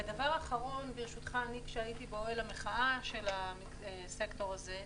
ולסיום, כשהייתי באוהל המחאה של הסקטור הזה,